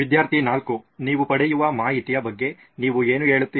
ವಿದ್ಯಾರ್ಥಿ 4 ನೀವು ಪಡೆಯುವ ಮಾಹಿತಿಯ ಬಗ್ಗೆ ನೀವು ಏನು ಹೇಳುತ್ತೀರಿ